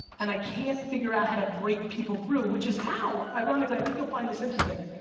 and i can't figure out how to break people through, which is how, ironically, i think you'll find this interesting.